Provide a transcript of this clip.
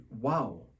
wow